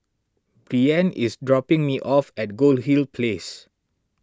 Breann is dropping me off at Goldhill Place